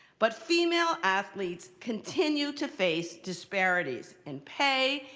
but female athletes continue to face disparities in pay,